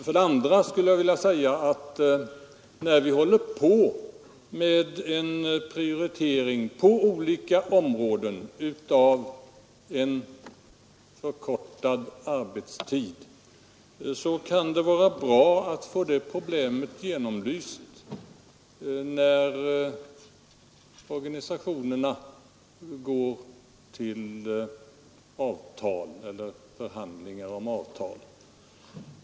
För det andra skulle jag vilja säga att när vi på olika områden håller på med en prioritering av förkortad arbetstid kan det vara bra att få det problemet genomlyst, då organisationerna går till avtalsförhandlingar.